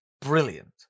brilliant